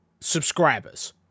subscribers